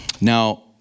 Now